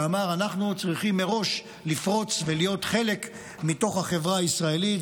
שאמר: אנחנו צריכים מראש לפרוץ ולהיות חלק מתוך החברה הישראלית.